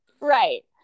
Right